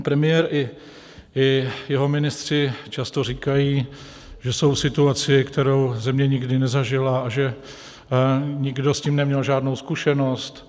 Pan premiér i jeho ministři často říkají, že jsou v situaci, kterou země nikdy nezažila, a že nikdo s tím neměl žádnou zkušenost.